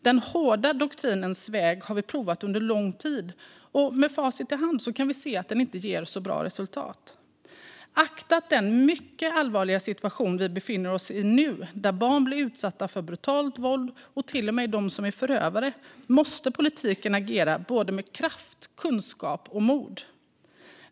Den hårda doktrinens väg har vi provat under lång tid, och med facit i hand kan vi se att den inte ger så bra resultat. Beaktat den mycket allvarliga situation vi befinner oss i nu, där barn blir utsatta för brutalt våld och till och med är förövare, måste politiken agera med kraft, kunskap och mod.